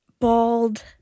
bald